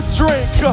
drink